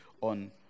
on